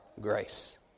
grace